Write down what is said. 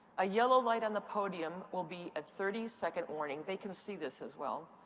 a yellow light on the podium will be a thirty second warning. they can see this, as well.